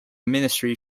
ministry